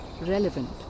Relevant